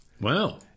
Wow